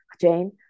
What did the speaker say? Jane